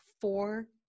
four